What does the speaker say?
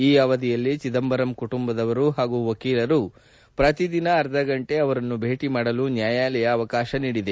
ಈ ಅವಧಿಯಲ್ಲಿ ಚಿದಂಬರಂ ಕುಟುಂಬದವರು ಹಾಗೂ ವಕೀಲರು ಪ್ರತಿ ದಿನ ಅರ್ಧ ಗಂಟೆ ಅವರನ್ನು ಭೇಟಿ ಮಾಡಲು ನ್ಯಾಯಾಲಯ ಅವಕಾಶ ನೀಡಿದೆ